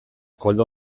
koldo